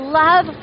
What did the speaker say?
love